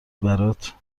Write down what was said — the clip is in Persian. برات